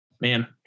man